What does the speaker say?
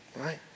Right